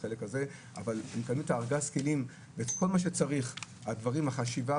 אבל הם מקבלים את ארגז הכלים ואת כל מה שצריך חשיבה,